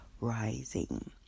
rising